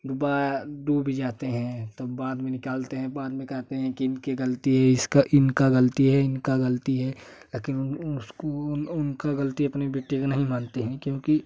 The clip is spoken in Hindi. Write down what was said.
डूबा डूब जाते हैं तो बाद में निकालते हैं बाद में कहते हैं कि इनकी ग़लती है इसका इनकी ग़लती है इनकी ग़लती है लेकिन उसको उनका ग़लती अपनी बिटिया का नहीं मानती क्योंकि